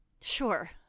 Sure